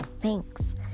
thanks